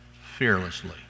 fearlessly